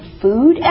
food